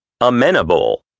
Amenable